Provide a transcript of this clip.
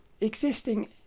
existing